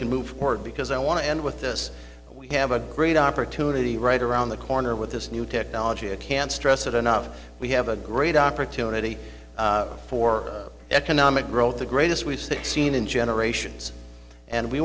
forward because i want to end with this we have a great opportunity right around the corner with this new technology i can't stress it enough we have a great opportunity for economic growth the greatest we've sixteen in generations and we